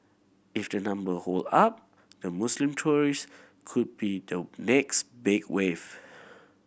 if the number hold up the Muslim tourist could be the next big wave